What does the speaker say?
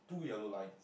two yellow lines